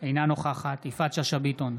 אינה נוכחת יפעת שאשא ביטון,